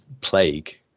plague